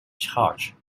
charge